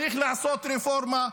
צריך לעשות רפורמה,